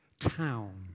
town